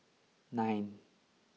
nine